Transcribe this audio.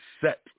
set